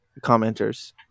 commenters